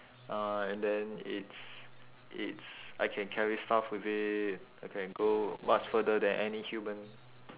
uh and then it's it's I can carry stuff with it I can go much further than any human